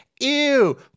Ew